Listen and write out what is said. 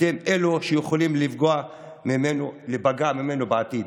אתם אלה שיכולים להיפגע ממנו בעתיד.